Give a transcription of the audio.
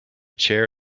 chair